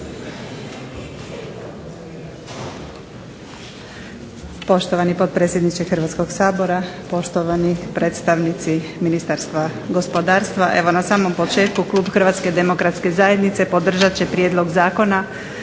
Poštovani potpredsjedniče Hrvatskog sabora, poštovani predstavnici Ministarstva gospodarstva. Evo na samom početku Klub Hrvatske demokratske zajednice podržat će Prijedlog zakona